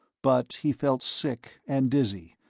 but he felt sick and dizzy,